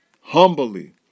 humbly